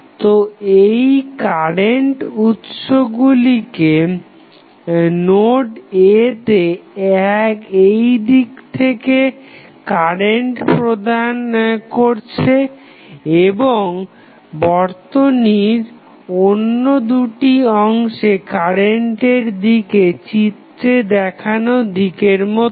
তো এই কারেন্ট উৎসগুলি নোড a তে এইদিক থেকে কারেন্ট প্রদান করছে এবং বর্তনীর অন্য দুটি অংশে কারেন্টের দিকে চিত্রে দেখানো দিকের মতো